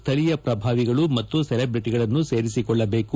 ಸ್ಥೀಯ ಪ್ರಭಾವಿಗಳು ಮತ್ತ ಸಲೆಬ್ರಟಗಳನ್ನು ಸೇರಿಸಿಕೊಳ್ಳಬೇಕು